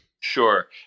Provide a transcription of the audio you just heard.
Sure